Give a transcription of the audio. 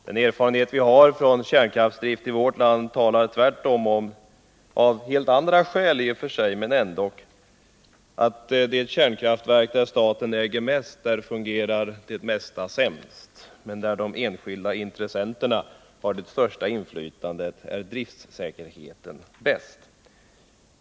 Den erfarenhet vi har av kärnkraftsdrift i vårt land talar tvärtom — av helt andra skäl i och för sig — om att vid kärnkraftverk där staten äger mest är drifterfarenheterna sämst, men där de enskilda intressenterna har det största inflytandet är drifterfarenheterna faktiskt bäst.